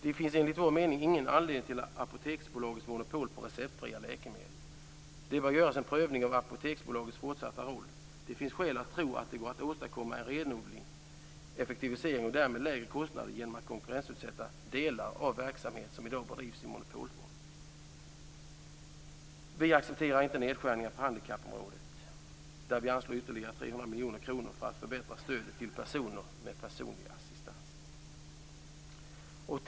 Det finns enligt vår mening ingen anledning till Det bör göras en prövning av Apoteksbolagets fortsatta roll. Det finns skäl att tro att det går att åstadkomma renodling, effektivisering och därmed lägre kostnader genom att konkurrensutsätta delar av verksamhet som i dag bedrivs i monopolform. Vi accepterar inte nedskärningar på handikappområdet. Där anslår vi ytterligare 300 miljoner kronor för att förbättra stödet till personer med personlig assistans. Fru talman!